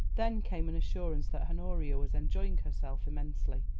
then came an assurance that honoria was enjoying herself immensely,